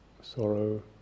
sorrow